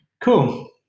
Cool